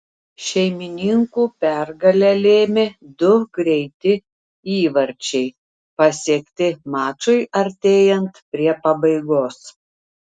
šeimininkų pergalę lėmė du greiti įvarčiai pasiekti mačui artėjant prie pabaigos